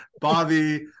Bobby